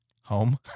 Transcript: Home